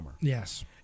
Yes